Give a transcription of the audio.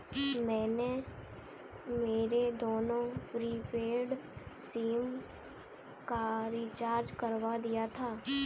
मैंने मेरे दोनों प्रीपेड सिम का रिचार्ज करवा दिया था